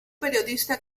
periodista